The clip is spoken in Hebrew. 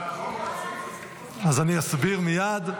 אז אני אסביר מייד.